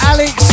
Alex